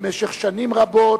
במשך שנים רבות,